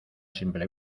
simple